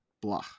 Blah